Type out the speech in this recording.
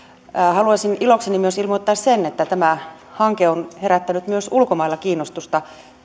haluaisin ilokseni myös ilmoittaa sen että tämä hanke on herättänyt myös ulkomailla kiinnostusta